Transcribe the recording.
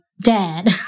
dad